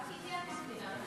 רק אתי את מקפידה.